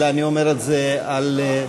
אלא אני אומר את זה על דעת,